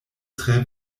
tre